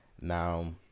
Now